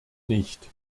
nicht